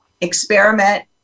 experiment